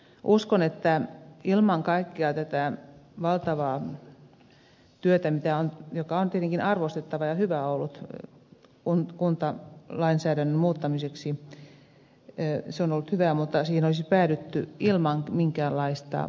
uskon että vaikka kaikki tämä valtava työ on tietenkin arvostettavaa ja hyvä olut on kuntaan lainsäädännön hyvää ollut kuntalainsäädännön muuttamiseksi siihen olisi päädytty ilman minkäänlaista lainsäädäntömuutosta